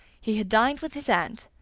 he had dined with his aunt,